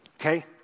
Okay